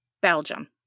Belgium